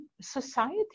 society